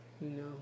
No